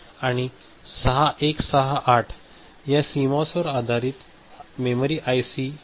आणि 6168 हा सीमॉस आधारित आयसी मेमरी आयसी आहे